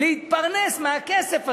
להתפרנס מהכסף הזה.